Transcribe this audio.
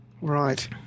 Right